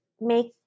make